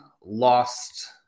lost